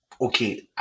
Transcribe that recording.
okay